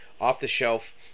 off-the-shelf